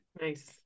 Nice